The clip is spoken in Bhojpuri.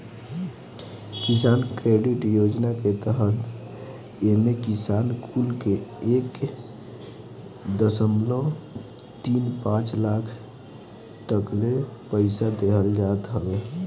किसान क्रेडिट योजना के तहत एमे किसान कुल के एक दशमलव तीन पाँच लाख तकले पईसा देहल जात हवे